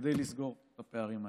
כדי לסגור את הפערים האלה.